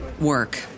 work